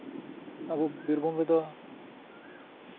ᱟᱵᱚ ᱵᱤᱨᱵᱷᱩᱢ ᱨᱮᱫᱚ